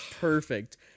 Perfect